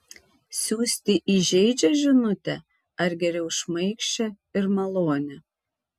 siųsti įžeidžią žinutę ar geriau šmaikščią ir malonią